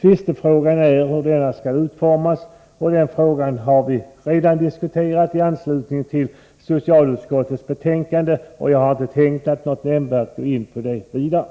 Tvistefrågan är hur denna skall utformas, och den frågan har vi redan diskuterat i anslutning till socialutskottets betänkande. Jag har därför inte tänkt gå nämnvärt ytterligare in på den.